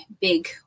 big